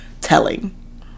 telling